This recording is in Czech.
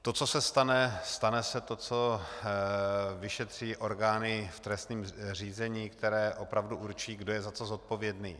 To, co se stane, stane se to, co vyšetří orgány v trestním řízení, které opravdu určí, kdo je za to zodpovědný.